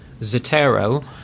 Zotero